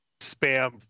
spam